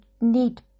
need